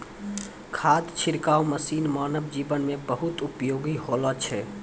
खाद छिड़काव मसीन मानव जीवन म बहुत उपयोगी होलो छै